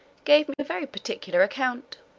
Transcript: give me a very particular account.